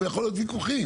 ויכול להיות ויכוחים.